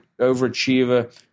overachiever